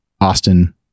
Austin